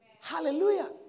Hallelujah